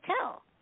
tell